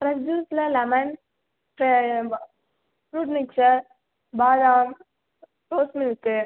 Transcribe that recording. fresh ஜூஸில் lemon ஃப்ர fruit mixer பாதாம் ரோஸ் மில்க்கு